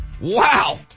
Wow